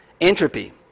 Entropy